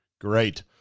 Great